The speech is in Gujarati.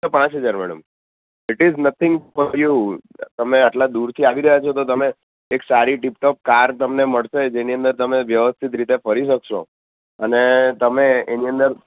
ફક્ત પાંચ હજાર madam it is nothing for you તમે આટલા દૂરથી આવી રહ્યા છો તો તમે એક સારી ટીપટોપ કાર તમને મળશે જેની અંદર તમે વ્યવસ્થિત રીતે ફરી શકશો અને તમે એની અંદર